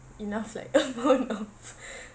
enough like amount of